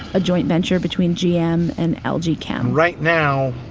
a joint venture between gm and ah lg chem. right now,